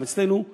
גם אצלנו,